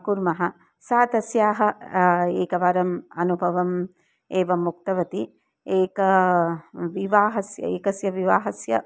कुर्मः सा तस्याः एकवारम् अनुभवम् एवम् उक्तवती एकविवाहस्य एकस्य विवाहस्य